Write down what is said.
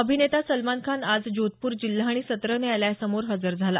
अभिनेता सलमान खान आज जोधपूर जिल्हा आणि सत्र न्यायालयसमोर हजर झाला